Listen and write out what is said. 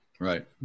Right